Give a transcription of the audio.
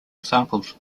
examples